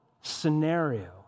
scenario